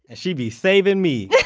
ah she be saving me!